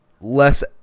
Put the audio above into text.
less